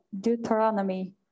Deuteronomy